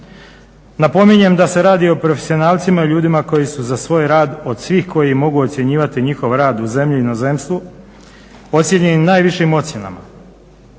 Napominjem da se radi o profesionalcima i ljudima koji su za svoj rad od svih koji mogu ocjenjivati njihov rad u zemlji u inozemstvu ocijenjeni najvišim ocjenama.